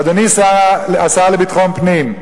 אדוני השר לביטחון פנים,